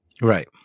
Right